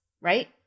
Right